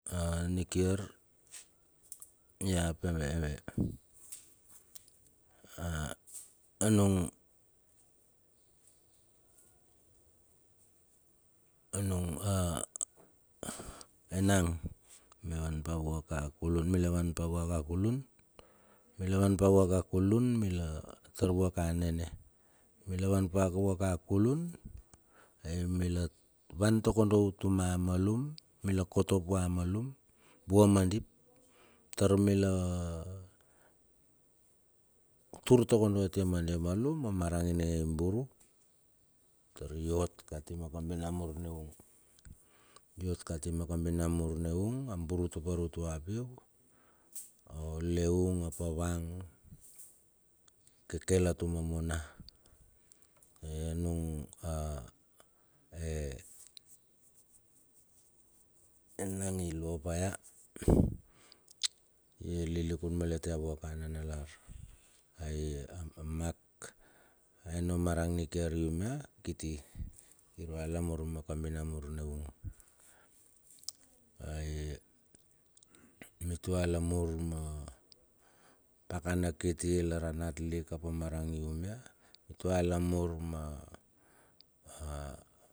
A nikiar ya ap ve ve a anung anung a enang mia wan pa vua ka kulun mila wan pa va kulun. Milawan pa vua ka kulun mila tar vua ka nene. Mila wan paka vua ka kulun ai mila wan takondo utuma malun, mila kotop vua malum vua madip, tar mila tur takondo a tia ma dia malum omarang ininge iburu, tar iot kati ma kambi namur me ung, iot kati ma kambinamur me ung a buru tupar utua piu, o leung ap awang i kekel a tuma mo na. Ai anung a a enang ilo pa ia, ililikun lamet ia vua ka nanalar. Ia a mak ai no marang nikiar i um ia kiti irua lamur ma kambinamur ne ung, ai mitua lamur ma pakana kiti lar a nat lik ap o marang ium ia, tua lamur ma a a.